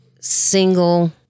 single